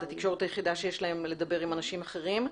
זו התקשורת היחידה שיש להם לדבר עם אנשים אחרים.